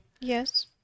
Yes